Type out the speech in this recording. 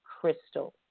Crystal